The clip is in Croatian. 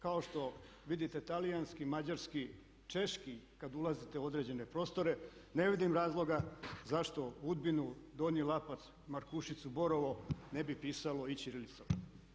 Kao što vidite talijanski, mađarski, češki kada ulazite u određene prostore ne vidim razloga zašto Udbinu, Donji Lapac, Markušiću, Borovo ne bi pisalo i ćirilicom.